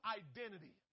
identity